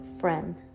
friend